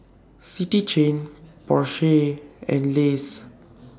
City Chain Porsche and Lays